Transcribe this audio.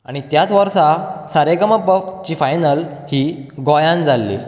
आनी त्याच वर्सा सारेगमपची फायनल ही गोंयांत जाल्ली